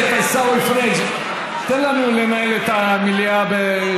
עיסאווי פריג', תן לנו לנהל את המליאה.